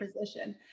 position